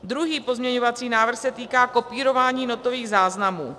Druhý pozměňovací návrh se týká kopírování notových záznamů.